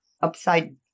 upside